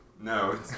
No